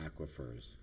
aquifers